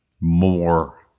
more